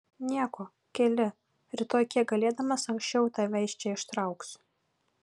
nieko keli rytoj kiek galėdamas anksčiau tave iš čia ištrauksiu